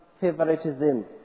favoritism